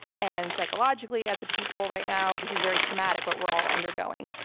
and psychologically as a people right now, this is very traumatic, what we're all undergoing.